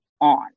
on